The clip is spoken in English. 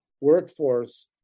workforce